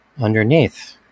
underneath